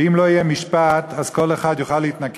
ואם לא יהיה משפט אז כל אחד יוכל להתנכל